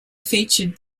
featured